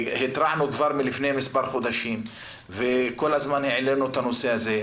והתרענו כבר מלפני מספר חודשים וכל הזמן העלינו את הנושא הזה,